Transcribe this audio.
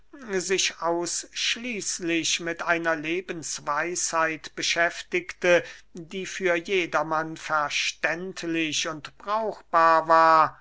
sich ausschließlich mit einer lebensweisheit beschäftigte die für jedermann verständlich und brauchbar war